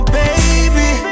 baby